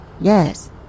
Yes